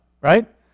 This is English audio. right